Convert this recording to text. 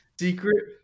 Secret